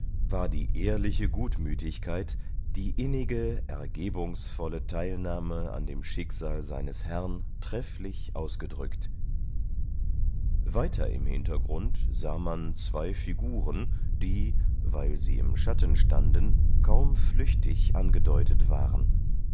war die ehrliche gutmütigkeit die innige ergebungsvolle teilnahme an dem schicksal seines herrn trefflich ausgedrückt weiter im hintergrund sah man zwei figuren die weil sie im schatten standen kaum flüchtig angedeutet waren